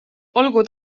olgu